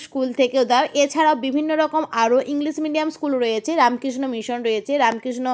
school থেকে দাও এছাড়া বিভিন্ন রকম আরো ইংলিশ মিডিয়াম স্কুল রয়েছে রামকৃষ্ণ মিশন রয়েছে রামকৃষ্ণ